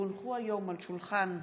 כי הונחו היום על שולחן הכנסת,